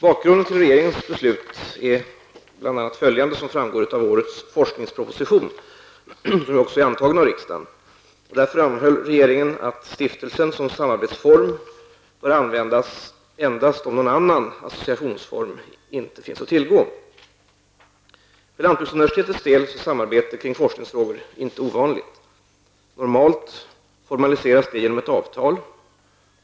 Bakgrunden till regeringens beslut är bl.a. följande, som framgår av årets forskningsproposition som har antagits av riksdagen. Regeringen framhåller att stiftelsen som samarbetsform bör användas endast om någon annan associationsform inte finns att tillgå. För lantbruksuniversitetets del är samarbete kring forskningsfrågor inte ovanligt. Normalt formaliseras det genom ett avtal.